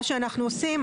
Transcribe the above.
מה שאנחנו עושים,